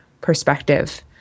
perspective